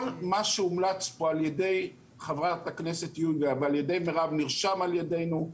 כל מה שהומלץ פה על ידי חברת הכנסת יוליה ועל ידי מירב נרשם על ידינו.